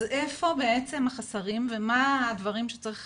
אז איפה בעצם החסרים ומה הדברים שצריך